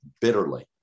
bitterly